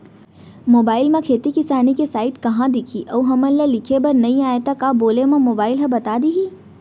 Mobile म खेती किसानी के साइट कहाँ दिखही अऊ हमला लिखेबर नई आय त का बोले म मोबाइल ह बता दिही?